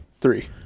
Three